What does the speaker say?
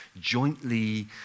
jointly